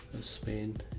Spain